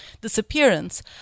disappearance